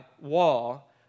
wall